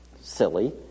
silly